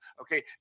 okay